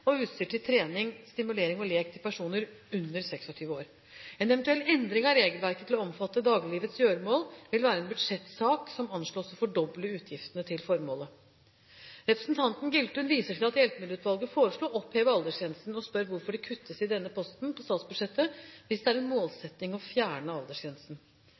og sport – aktivitetshjelpemidler – og utstyr til trening, stimulering og lek til personer under 26 år. En eventuell endring av regelverket, til å omfatte «dagliglivets gjøremål», vil være en budsjettsak som anslås å fordoble utgiftene til formålet. Representanten Giltun viser til at Hjelpemiddelutvalget foreslo å oppheve aldersgrensen, og spør hvorfor det kuttes i denne posten på statsbudsjettet hvis det er en målsetting å fjerne aldersgrensen.